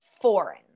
foreign